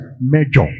Major